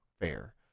fair